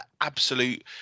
absolute